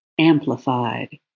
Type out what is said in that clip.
Amplified